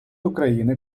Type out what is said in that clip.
україни